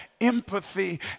empathy